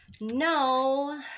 No